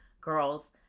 girls